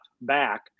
back